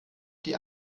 die